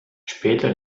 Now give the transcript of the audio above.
später